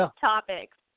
topics